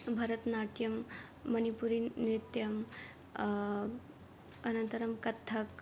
भरतनाट्यं मणिपुरि नृत्यम् अनन्तरं कथक्